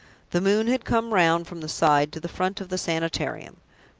the moon had come round from the side to the front of the sanitarium.